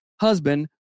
husband